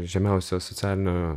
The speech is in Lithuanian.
žemiausio socialinio